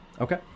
okay